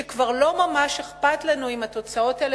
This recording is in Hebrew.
שכבר לא ממש אכפת לנו אם התוצאות האלה